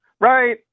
Right